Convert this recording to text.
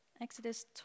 Exodus